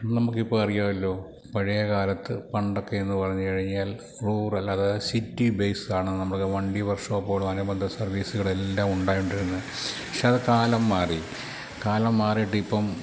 നമുക്ക് ഇപ്പം അറിയാമല്ലോ പഴയ കാലത്ത് പണ്ടൊക്കെ എന്ന് പറഞ്ഞു കഴിഞ്ഞാൽ റൂറൽ അതായത് സിറ്റി ബേസ്സ് ആണ് നമ്മൾക്ക് വണ്ടി വർഷോപ്പുകൾ അനുബന്ധ സർവീസുകളെല്ലാം ഉണ്ടായി കൊണ്ടിരുന്നത് പക്ഷേ അത് കാലം മാറി കാലം മാറിയിട്ട് ഇപ്പം